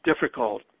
difficult